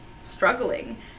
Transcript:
struggling